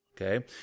okay